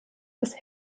des